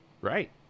Right